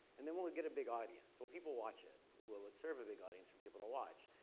and then will it get a big audience? will people watch it? will it serve a big audience for people to watch?